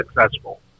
successful